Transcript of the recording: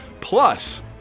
plus